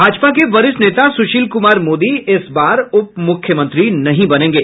भाजपा के वरिष्ठ नेता सुशील कुमार मोदी इस बार उप मुख्यमंत्री नहीं बनेंगे